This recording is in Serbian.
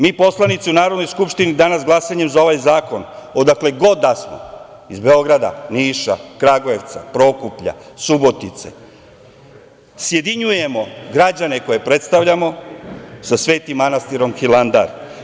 Mi poslanici u Narodnoj skupštini glasanjem za ovaj zakon, odakle god da smo, iz Beograda, Niša, Kragujevca, Prokuplja, Subotice, sjedinjujemo građane koje predstavljamo sa Svetim manastirom Hilandar.